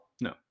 No